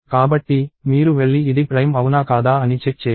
కాబట్టి మీరు వెళ్లి ఇది ప్రైమ్ అవునా కాదా అని చెక్ చేయండి